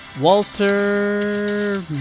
Walter